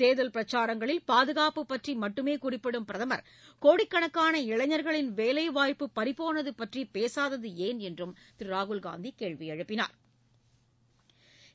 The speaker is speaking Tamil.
தேர்தல் பிரச்சாரங்களில் பாதுகாப்பு பற்றி மட்டுமே குறிப்பிடும் பிரதமர் கோடிக்கணக்கான இளைஞா்களின் வேலைவாய்ப்பு பறிப்போனது பற்றி பேசுதது ஏன் என்றும் திரு ராகுல் காந்தி கேள்வி எழுப்பினா்